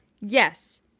Yes